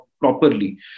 properly